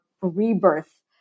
rebirth